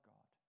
God